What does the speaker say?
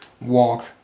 walk